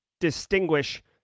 distinguish